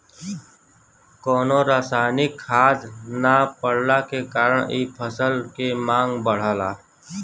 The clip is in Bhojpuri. कवनो रासायनिक खाद ना पड़ला के कारण इ फसल के मांग बढ़ला